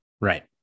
Right